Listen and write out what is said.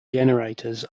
generators